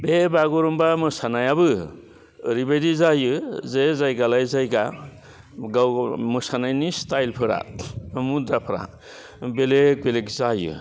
बे बागुरुम्बा मोसानायाबो ओरैबायदि जायो जे जायगा लायै जायगा गाव मोसानायनि स्टाइलफोरा मुद्राफ्रा बेलेक बेलेक जायो